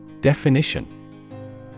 Definition